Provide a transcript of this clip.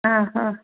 ହଁ ହଁ